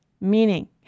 meaning